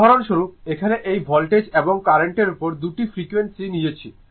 উদাহরণস্বরূপ এখানে এই ভোল্টেজ এবং কার্রেন্টের উপর 2 টি কোয়ান্টিটিএস নিয়েছি